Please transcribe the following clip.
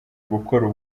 gukora